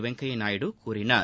வெங்கையா நாயுடு கூறினார்